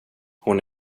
hon